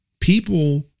people